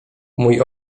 mój